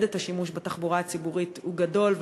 את השימוש בתחבורה הציבורית הוא גדול,